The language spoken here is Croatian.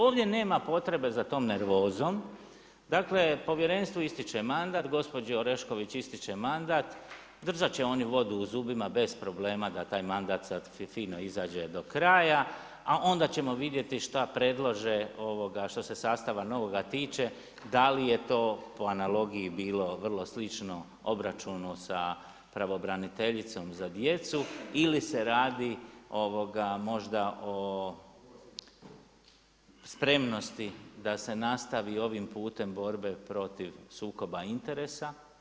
Ovdje nema potrebe za tom nervozom, dakle povjerenstvu ističe mandat, gospođi Orešković ističe mandat, držati će oni vodu u zubima bez problema da taj mandat sada fino izađe do kraja, a onda ćemo vidjeti šta predlože, što se sastava novoga tiče da li je to po analogiji bilo vrlo slično obračunu sa pravobraniteljicom za djecu ili se radi možda o spremnosti da se nastavi ovim putem borbe protiv sukoba interesa.